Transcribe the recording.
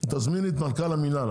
תזמיני את מנכ"ל המינהל,